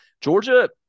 Georgia